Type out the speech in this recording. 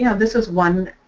yeah this is one